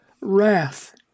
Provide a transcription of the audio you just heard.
wrath